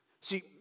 See